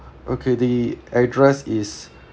okay the address is